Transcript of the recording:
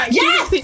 yes